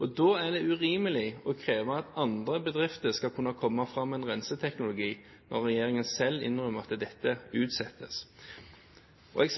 der. Da er det urimelig å kreve at andre bedrifter skal kunne komme fram med en renseteknologi, når regjeringen selv innrømmer at dette utsettes. Jeg